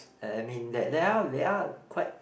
I I mean they they are they are quite